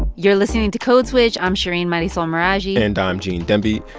you're listening to code switch. i'm shereen marisol meraji and i'm gene demby.